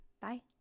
Bye